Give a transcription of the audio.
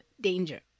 danger